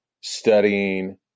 studying